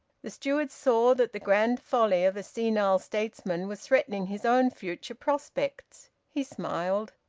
the steward saw that the grand folly of a senile statesman was threatening his own future prospects. he smiled.